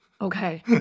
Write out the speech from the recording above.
Okay